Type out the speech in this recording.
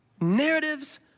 narratives